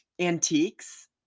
antiques